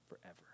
forever